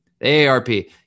AARP